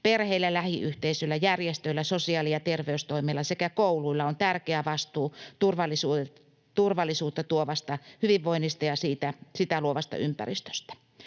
Perheillä, lähiyhteisöillä, järjestöillä, sosiaali- ja terveystoimella sekä kouluilla on tärkeä vastuu turvallisuutta tuovasta hyvinvoinnista ja sitä luovasta ympäristöstä.